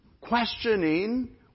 Questioning